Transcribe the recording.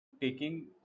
taking